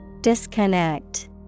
Disconnect